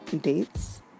dates